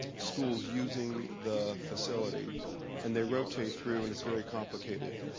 schools using the facility and they rotate through and it's very complicated